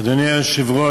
אדוני היושב-ראש,